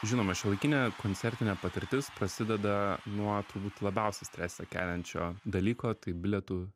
žinoma šiuolaikinė koncertinė patirtis prasideda nuo turbūt labiausiai stresą keliančio dalyko tai bilietų